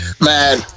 man